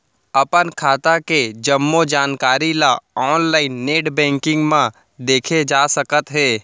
अपन खाता के जम्मो जानकारी ल ऑनलाइन नेट बैंकिंग म देखे जा सकत हे